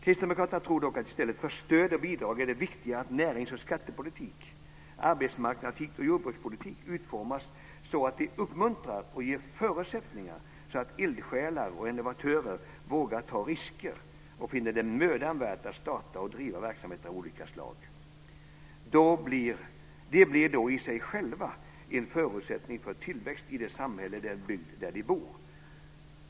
Kristdemokraterna tror dock att i stället för stöd och bidrag är det viktigare att näringspolitik, skattepolitik, arbetsmarknadspolitik och jordbrukspolitik utformas så att de uppmuntrar och ger förutsättningar för att eldsjälar och innovatörer ska våga ta risker och finna det mödan värt att starta och driva verksamheter av olika slag. De blir då i sig själva en förutsättning för tillväxt i det samhälle eller den bygd där de bor.